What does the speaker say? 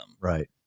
right